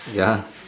ya